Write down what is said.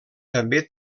també